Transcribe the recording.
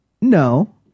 No